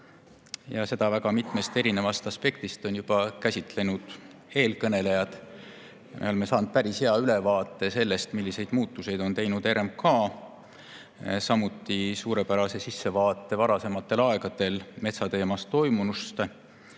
väga mitmest aspektist juba käsitlenud. Me oleme saanud päris hea ülevaate sellest, milliseid muudatusi on teinud RMK, samuti suurepärase sissevaate varasematel aegadel metsateemal toimunusse